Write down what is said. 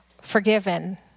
Forgiven